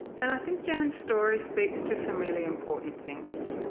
and i think jan's story speaks to some really important things.